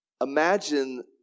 imagine